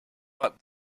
but